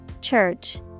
Church